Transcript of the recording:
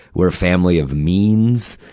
we're a family of means,